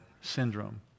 syndrome